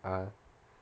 ah